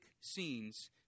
scenes